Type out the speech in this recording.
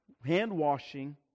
hand-washing